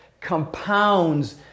compounds